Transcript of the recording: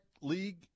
league